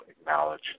acknowledge